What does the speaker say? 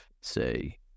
say